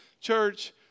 church